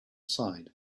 side